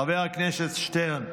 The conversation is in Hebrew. חבר הכנסת שטרן,